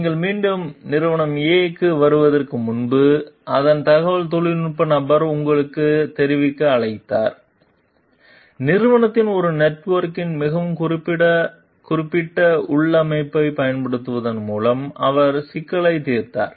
நீங்கள் மீண்டும் நிறுவனம் A க்கு வருவதற்கு முன்பு அதன் தகவல் தொழில்நுட்ப நபர் உங்களுக்குத் தெரிவிக்க அழைத்தார் நிறுவனத்தின் ஒரு நெட்வொர்க்கின் மிகவும் குறிப்பிட்ட உள்ளமைவைப் பயன்படுத்துவதன் மூலம் அவர் சிக்கலைத் தீர்த்தார்